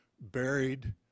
buried